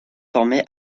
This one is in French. formé